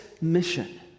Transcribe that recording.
mission